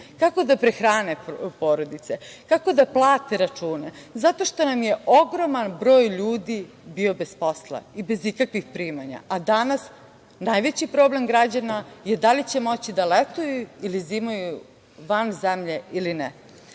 kako da prehrane porodice, kako da plate račune, zato što nam je ogroman broj ljudi bio bez posla i bez ikakvih primanja. Danas najveći problem građana je da li će moći da letuju ili zimuju van zemlje ili